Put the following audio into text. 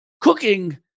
cooking